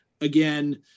again